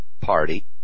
Party